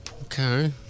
Okay